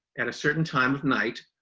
at a certain time of night,